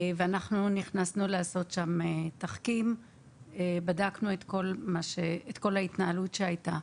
אנחנו נכנסנו לעשות שם תחקיר ובדקנו את כל ההתנהלות שהייתה.